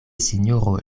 sinjoro